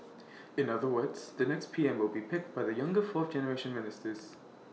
in other words the next P M will be picked by the younger fourth generation ministers